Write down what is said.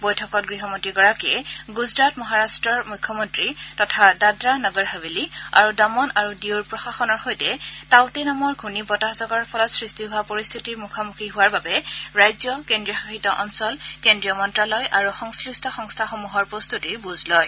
বৈঠকত গৃহমন্ত্ৰীগৰাকীয়ে গুজৰাট মহাৰাট্টৰ মুখ্যমন্ত্ৰী তথা দাদৰা নগৰ হাভেলী আৰু দমন আৰু দিউৰ প্ৰশাসনৰ সৈতে টাউতে নামৰ ঘূৰ্ণিবতাহজাকৰ ফলত সৃষ্টি হোৱা পৰিস্থিতিৰ মুখামুখি হোৱাৰ বাবে ৰাজ্য কেন্দ্ৰীয় শাসিত অঞ্চল কেন্দ্ৰীয় মন্ত্যালয় আৰু সংশ্লিষ্ট সংস্থাসমূহৰ প্ৰস্তুতিৰ বুজ লয়